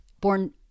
born